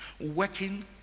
working